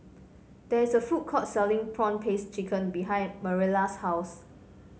there is a food court selling prawn paste chicken behind Mariela's house